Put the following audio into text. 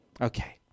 Okay